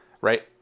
Right